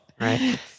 Right